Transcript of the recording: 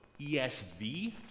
ESV